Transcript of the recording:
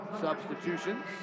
Substitutions